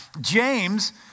James